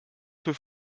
für